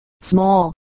small